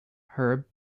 herb